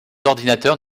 ordinateurs